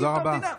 תודה רבה.